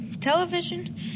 television